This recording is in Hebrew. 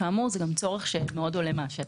כאמור, זה צורך שגם מאוד עולה מהשטח.